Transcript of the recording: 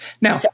Now